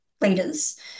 leaders